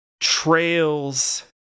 trails